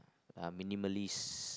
I'm minimalist